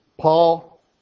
Paul